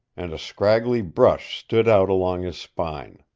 and a scraggly brush stood out along his spine.